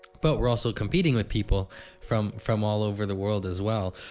but we're also competing with people from from all over the world as well.